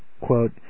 quote